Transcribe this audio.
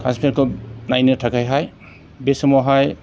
कासमिरखौ नायनो थाखायहाय बे समावहाय